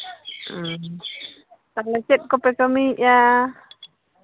ᱦᱮᱸ ᱛᱟᱦᱞᱮ ᱪᱮᱫ ᱠᱚᱯᱮ ᱠᱟᱹᱢᱤᱭᱮᱫᱼᱟ